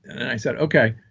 and i said, okay,